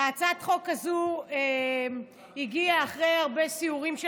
הצעת החוק הזו הגיעה אחרי הרבה סיורים של